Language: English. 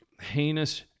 heinous